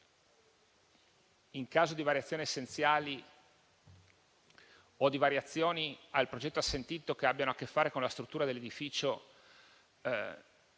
in caso di variazioni essenziali o di variazioni al progetto assentito che abbiano a che fare con la struttura dell'edificio,